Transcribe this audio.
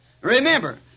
Remember